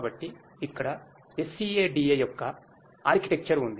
కాబట్టి ఇక్కడ SCADA యొక్క ఆర్కిటెక్చర్ ఉంది